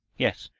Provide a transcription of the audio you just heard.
yes,